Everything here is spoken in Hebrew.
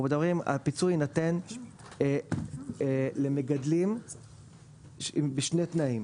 הפיצוי יינתן למגדלים בשני תנאים,